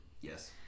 Yes